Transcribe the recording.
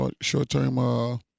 short-term